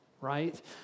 right